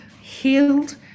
healed